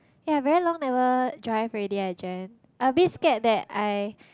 ya I very long never drive already eh Jen I a bit scared that I